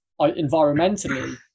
environmentally